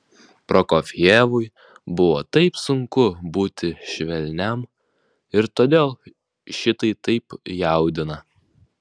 prokofjevui buvo taip sunku būti švelniam ir todėl šitai taip jaudina